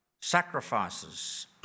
sacrifices